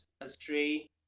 astray